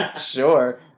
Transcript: sure